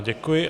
Děkuji.